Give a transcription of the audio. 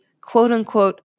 quote-unquote